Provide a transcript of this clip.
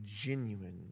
genuine